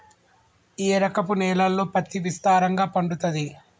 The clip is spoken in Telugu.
ఏ రకపు నేలల్లో పత్తి విస్తారంగా పండుతది?